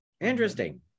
Interesting